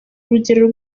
urugero